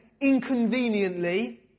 inconveniently